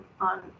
on